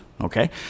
okay